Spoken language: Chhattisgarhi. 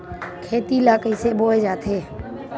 खेती ला कइसे बोय जाथे?